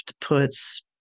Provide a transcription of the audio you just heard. puts